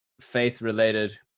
faith-related